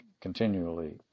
continually